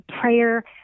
prayer